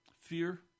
Fear